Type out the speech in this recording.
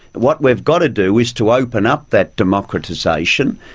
what we have got to do is to open up that democratisation.